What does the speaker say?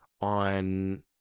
on